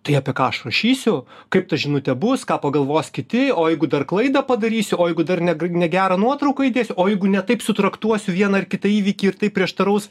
tai apie ką aš rašysiu kaip ta žinutė bus ką pagalvos kiti o jeigu dar klaidą padarysiu o jeigu dar negr negerą nuotrauką įdėsiu o jeigu ne taip sutraktuosiu vieną ar kitą įvykį ir tai prieštaraus